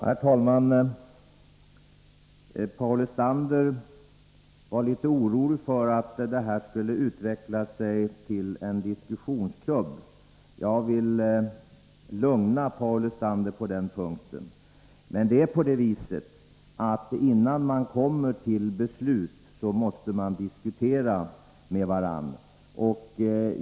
Herr talman! Paul Lestander var litet orolig för att det här skall utveckla sig till en diskussionsklubb. Jag vill lugna Paul Lestander på den punkten. Det är på det sättet att innan man kommer till beslut måste man diskutera med varandra.